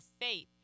faith